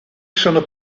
sono